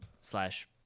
slash